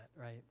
Right